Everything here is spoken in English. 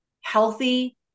healthy